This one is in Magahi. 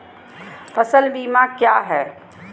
फ़सल बीमा क्या है?